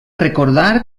recordar